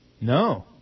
No